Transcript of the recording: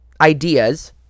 ideas